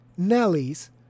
Nellies